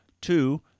Two